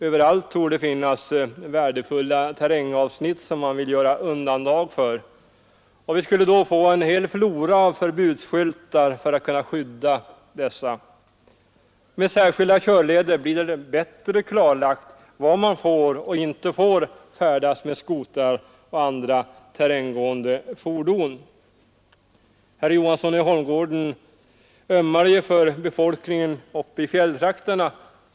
Överallt torde det finnas värdefulla terrängavsnitt som man vill göra undantag för, och vi skulle då få en hel flora av förbudsskyltar för att kunna skydda dessa områden. Med särskilda körleder blir det bättre klarlagt var man får och inte får färdas med skotrar och andra terränggående fordon. Herr Johansson i Holmgården ömmade för befolkningen i fjälltrakterna.